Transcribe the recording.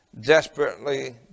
desperately